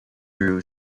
drew